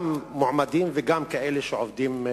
גם מועמדים וגם כאלה שעובדים כיום.